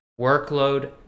workload